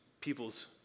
people's